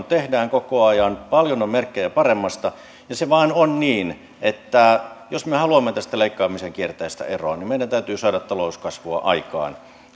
tehdään koko ajan paljon on merkkejä paremmasta ja se vain on niin että jos me me haluamme tästä leikkaamisen kierteestä eroon niin meidän täytyy saada talouskasvua aikaan